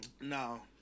No